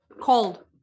cold